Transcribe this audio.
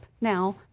Now